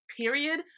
period